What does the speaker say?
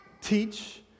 teach